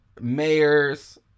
mayors